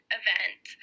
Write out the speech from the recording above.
event